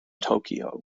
tokyo